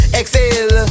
exhale